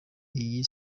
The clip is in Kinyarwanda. iyi